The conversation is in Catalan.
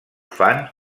fan